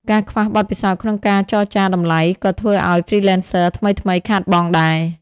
ការខ្វះបទពិសោធន៍ក្នុងការចរចាតម្លៃ ក៏ធ្វើឱ្យ Freelancers ថ្មីៗខាតបង់ដែរ។